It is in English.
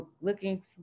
looking